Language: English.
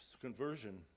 conversion